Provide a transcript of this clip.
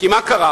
כי מה קרה?